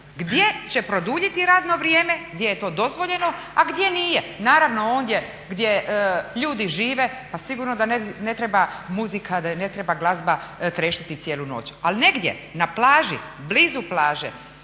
gdje će produljiti radno vrijeme, gdje je to dozvoljeno a gdje nije. Naravno ondje gdje ljudi žive pa sigurno da ne treba muzika, da ne treba glazba treštati cijelu noć. Ali negdje na plaži, blizu plaže